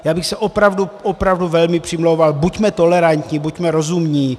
Já bych se opravdu, opravdu velmi přimlouval, buďme tolerantní, buďme rozumní.